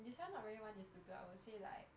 this one not really one is to two I would say like